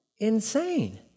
Insane